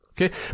Okay